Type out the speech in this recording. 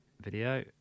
video